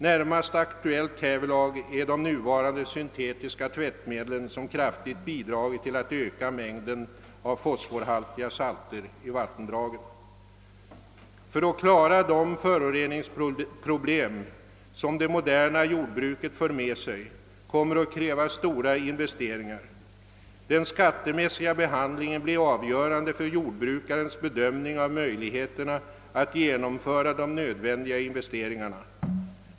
Närmast aktuella härvidlag är de syntetiska tvättmedlen som kraftigt bidragit till att öka mängden av fosforhaltiga salter i vattendragen. För att klara de föroreningsproblem som det moderna jordbruket för med sig kommer det att krävas stora investeringar. Den skattemässiga behandlingen blir avgörande för jordbrukarnas bedömning av möjligheterna att genomföra de nödvändiga investeringarna.